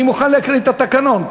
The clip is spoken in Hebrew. אני מוכן להקריא את התקנון,